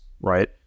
right